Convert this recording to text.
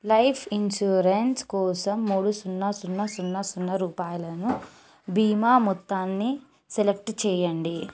life insurance కోసం మూడు సున్నా సున్నా సున్నా సున్నా రూపాయలను భీమా మొత్తాన్ని సెలెక్ట్ చేయండి